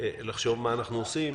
מה אנחנו עושים,